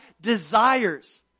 desires